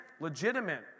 legitimate